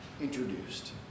introduced